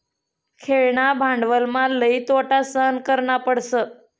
खेळणा भांडवलमा लई तोटा सहन करना पडस